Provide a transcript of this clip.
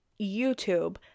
YouTube